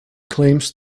claims